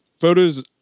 photos